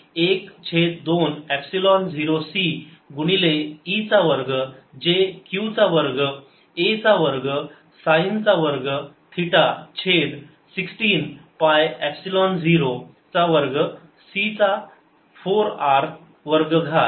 तर हे एक छेद दोन एपसिलोन 0 c गुणिले E चा वर्ग जे q चा वर्ग a चा वर्ग साईन चा वर्ग थिटा छेद 16 पाय एपसिलोन 0 चा वर्ग c चा 4 r वर्ग घात